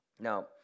Now